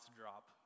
drop